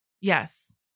Yes